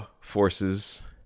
forces